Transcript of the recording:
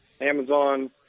Amazon